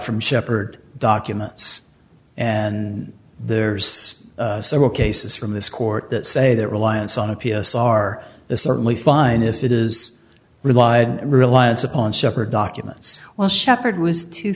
from shepard documents and there's several cases from this court that say that reliance on a p s r is certainly fine if it is relied reliance upon shepherd documents while shepherd was two